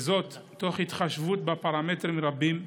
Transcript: וזאת תוך התחשבות בפרמטרים רבים,